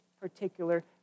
particular